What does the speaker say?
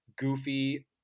goofy